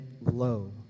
low